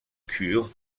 kure